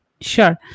Sure